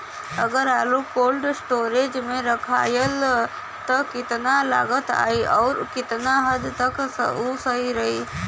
अगर आलू cold storage में रखायल त कितना लागत आई अउर कितना हद तक उ सही रही?